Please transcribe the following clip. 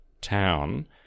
town